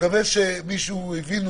מי זה אנחנו?